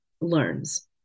learns